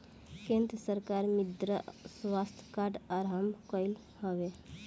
केंद्र सरकार मृदा स्वास्थ्य कार्ड आरंभ कईले हवे